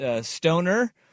stoner